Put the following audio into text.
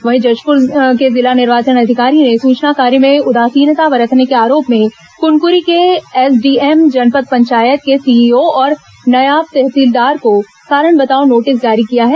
वहीं जशपुर के जिला निर्वाचन अधिकारी ने चुनाव कार्य में उदासीनता बरतने के आरोप में कुनकुरी के एसडीएम जनपद पंचायत के सीईओ और नायब तहसीलदार को कारण बताओ नोटिस जारी किया है